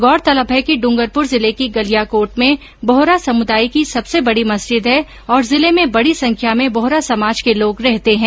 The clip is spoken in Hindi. गौरतलब है कि डूंगरपुर जिले की गलियाकोट में बोहरा समुदाय की सबसे बडी मस्जिद है और जिले में बडी संख्या में बोहरा समाज के लोग रहते है